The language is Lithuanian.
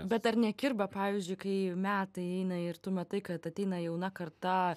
bet ar nekirba pavyzdžiui kai metai eina ir tu matai kad ateina jauna karta